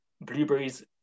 blueberries